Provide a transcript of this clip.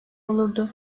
olurdu